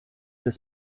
des